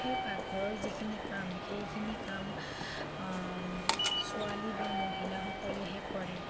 সেই পাকঘৰৰ যিখিনি কাম সেইখিনি কাম ছোৱালী বা মহিলাসকলেহে কৰে